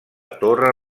torre